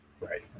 Right